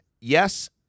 Yes